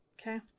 Okay